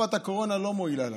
תקופת הקורונה לא מועילה לנו,